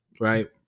Right